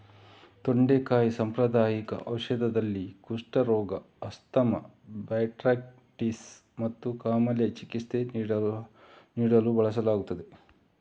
ತೊಂಡೆಕಾಯಿ ಸಾಂಪ್ರದಾಯಿಕ ಔಷಧದಲ್ಲಿ, ಕುಷ್ಠರೋಗ, ಆಸ್ತಮಾ, ಬ್ರಾಂಕೈಟಿಸ್ ಮತ್ತು ಕಾಮಾಲೆಗೆ ಚಿಕಿತ್ಸೆ ನೀಡಲು ಬಳಸಲಾಗುತ್ತದೆ